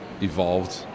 evolved